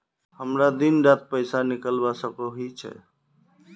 हमरा दिन डात पैसा निकलवा सकोही छै?